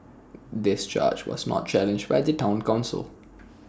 this charge was not challenged by the Town Council